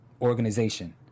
organization